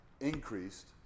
increased